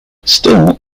still